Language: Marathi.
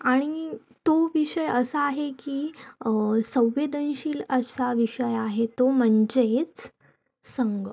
आणि तो विषय असा आहे की संवेदनशील अशा विषय आहे तो म्हणजेच संग